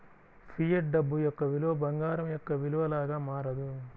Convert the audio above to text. fiat డబ్బు యొక్క విలువ బంగారం యొక్క విలువ లాగా మారదు